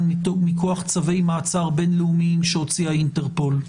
מכוח צווי מעצר בין-לאומיים שהוציא האינטרפול,